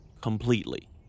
completely